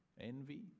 envy